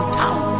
town